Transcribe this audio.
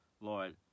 Lord